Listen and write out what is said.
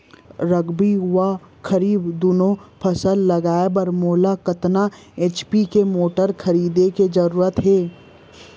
रबि व खरीफ दुनो फसल लगाए बर मोला कतना एच.पी के मोटर खरीदे के जरूरत हे?